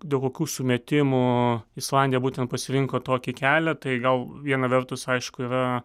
dėl kokių sumetimų islandija būtent pasirinko tokį kelią tai gal viena vertus aišku yra